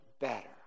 better